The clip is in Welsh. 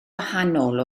wahanol